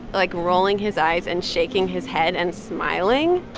like, rolling his eyes and shaking his head and smiling.